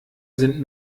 sind